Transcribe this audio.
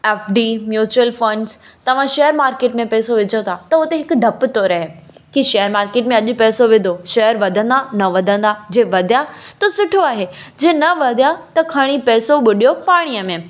F D mutual funds तव्हां share market में पेसो विझो ता त हुते हिकु डपु थो रहे की शेयर मार्केत में अॼु पैसो विधो शेयर वधंदा न वधंदा जे वधिया त सुठो आहे जे न वधिया त खणी पेसो ॿुॾियो पाणीअ में